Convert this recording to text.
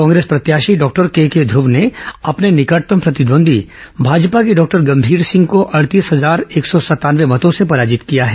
कांग्रेस प्रत्याशी doctor K K ध्युव ने अपने निकटतम प्रतिद्वंद्वी भाजपा के डॉक्टर गंभीर सिंह को अड़तीस हजार एक सौ संतानवे मतों से पराजित किया है